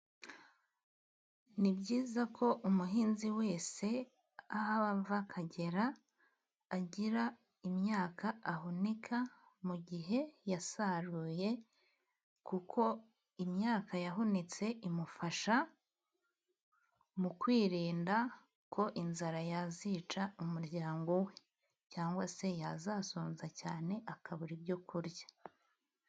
Ni byiza ko umuhinzi wese aho ava akagera agira imyaka ahunika mu gihe yasaruye, kuko imyaka yahunitse imufasha mu kwirinda ko inzara yazica umuryango we cyangwa se yazasonza cyane akabura ibyo kurya.